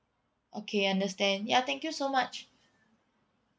okay understand ya thank you so much